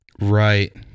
right